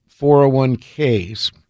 401ks